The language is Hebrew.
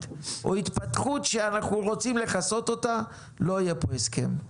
או התפתחות שאנחנו רוצים לכסות אותה לא יהיה פה הסכם.